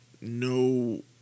no